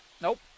Nope